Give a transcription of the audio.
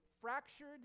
fractured